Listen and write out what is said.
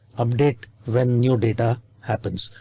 update when new data happens,